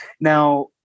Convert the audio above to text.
Now